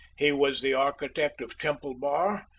he was the architect of temple bar,